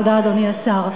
תודה, אדוני השר.